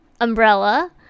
umbrella